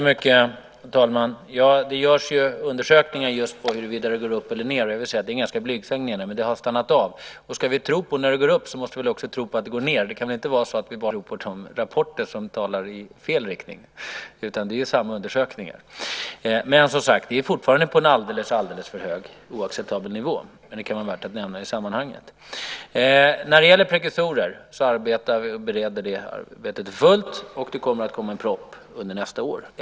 Herr talman! Det görs undersökningar just på huruvida det går upp eller ned. Det är en ganska blygsam nedgång. Det har stannat av. Om vi ska tro på när det går upp ska vi väl också tro på att det går ned. Det kan väl inte vara så att vi bara tror på de rapporter som talar i fel riktning. Det är ju samma undersökningar. Vi är fortfarande på en alldeles för hög och oacceptabel nivå, men det kan vara värt att nämna det i sammanhanget. När det gäller prekursorer pågår arbetet för fullt. Det kommer en proposition nästa år.